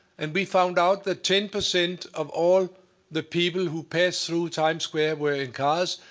and we found out that ten percent of all the people who pass through times square were in cars,